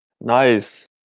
Nice